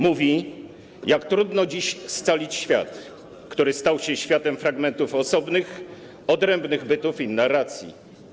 Mówi, jak trudno dziś scalić świat, który stał się światem fragmentów osobnych, odrębnych bytów i narracji.